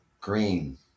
green